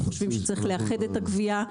אנחנו חושבים שצריך לאחד את הגבייה,